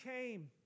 came